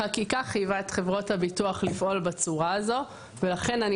החקיקה חייבה את חברות הביטוח לפעול בצורה הזו ולכן אני